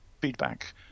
feedback